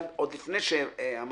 עוד לפני שאמרתם,